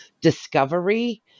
discovery